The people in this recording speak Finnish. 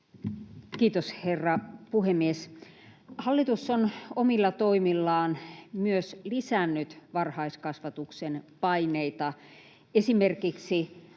Kiitos, herra puhemies! Hallitus on omilla toimillaan myös lisännyt varhaiskasvatuksen paineita. Esimerkiksi